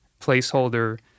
placeholder